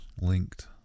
linked